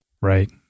Right